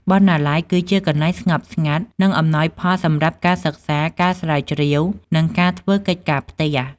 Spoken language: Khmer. បណ្ណាល័យគឺជាកន្លែងស្ងប់ស្ងាត់ និងអំណោយផលសម្រាប់ការសិក្សា ការស្រាវជ្រាវ និងការធ្វើកិច្ចការផ្ទះ។